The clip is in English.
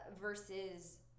versus